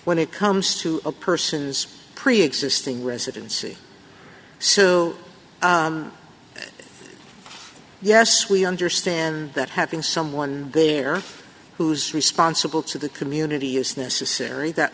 when it comes to a person's preexisting residency so yes we understand that having someone there who's responsible to the community is necessary that